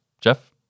Jeff